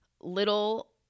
little